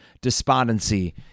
despondency